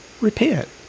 Repent